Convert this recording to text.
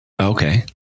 Okay